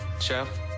Chef